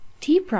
t